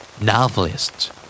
Novelist